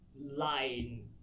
line